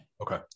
Okay